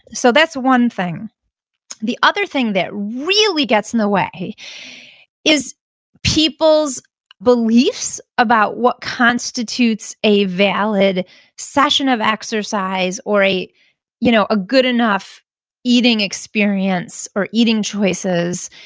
so that's one thing the other thing that really gets in the way is people's beliefs about what constitutes a valid session of exercise, or a you know a good enough eating experience or eating choices.